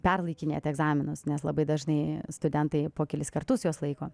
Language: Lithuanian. perlaikinėti egzaminus nes labai dažnai studentai po kelis kartus juos laiko